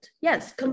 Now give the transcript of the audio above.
Yes